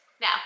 Now